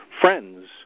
friends